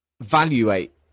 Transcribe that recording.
evaluate